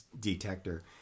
detector